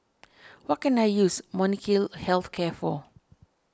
what can I use Molnylcke Health Care for